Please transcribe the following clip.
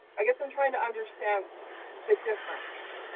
i guess i'm trying to understand the difference.